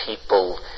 people